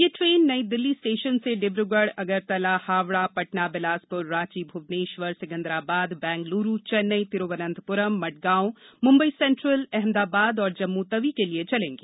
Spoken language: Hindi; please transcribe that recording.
ये नई दिल्ली स्टेशन से डिब्रूगढ़ अगरतला हावड़ा पटना बिलासप्र रांची भ्वनेश्वर सिकंदराबाद बंगल्रू चेन्नई तिरुवनंतप्रम मडगांव मंबई सेंट्रल अहमदाबाद और जम्मूतवी के लिए चलेंगी